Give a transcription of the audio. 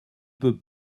peut